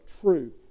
true